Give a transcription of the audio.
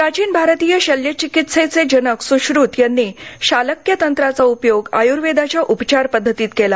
प्राचिन भारतीय शल्यचिकित्सचे जनक सुश्रृत यांनी शालक्यतंत्राचा उपयोग आयुर्वेदाच्या उपचार पद्धतीत केला